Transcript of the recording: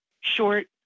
short